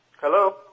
Hello